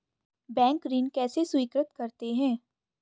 Bank ऋण कैसे स्वीकृत करते हैं?